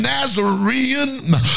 Nazarene